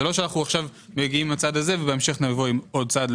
זה לא שאנחנו עכשיו מגיעים לצעד הזה ובהמשך נבוא עם עוד צעד,